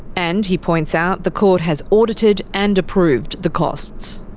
and, he points out, the court has audited and approved the costs.